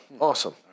awesome